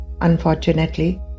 Unfortunately